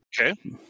Okay